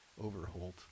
Overholt